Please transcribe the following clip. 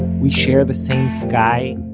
we share the same sky,